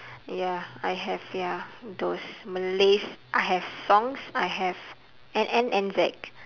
ya I have ya those malays I have songs I have N N N Z